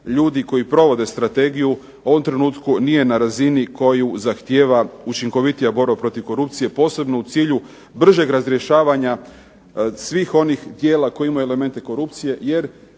ljudi koji provode strategiju u ovom trenutku nije na razini koju zahtijeva učinkovitija borba protiv korupcije posebno u cilju bržeg razrješavanja svih onih djela koji imaju elemente korupcije jer